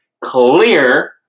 clear